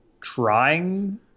trying